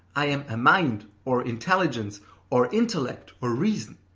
i am a mind, or intelligence or intellect or reason.